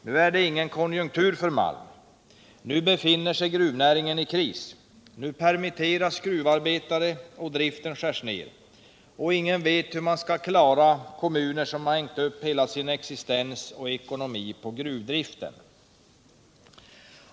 Nu är det ingen konjunktur för malm. Nu befinner sig gruvnäringen i kris. Nu permitteras gruvarbetare och driften skärs ner. Ingen vet hur man skall klara kommuner som har hängt upp hela sin existens och ekonomi på gruvdriften.